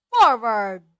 forward